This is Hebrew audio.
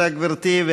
בבקשה, גברתי.